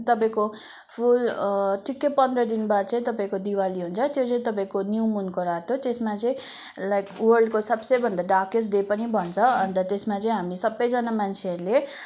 तपाईँको फुल ठिक्कै पन्ध्र दिनमा चाहिँ तपाईँको दिवाली हुन्छ त्यो चाहिँ तपाईँको न्यु मुनको रात हो त्यसमा चाहिँ लाइक वर्ल्डको सबसे भन्दा डार्केस्ट डे पनि भन्छ अन्त त्यसमा चाहिँ हामी सबैजना मान्छेहरूले